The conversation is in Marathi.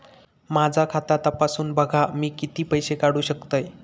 माझा खाता तपासून बघा मी किती पैशे काढू शकतय?